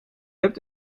hebt